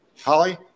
Holly